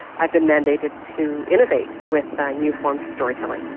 i've been mandated to innovate with but new forms of storytelling.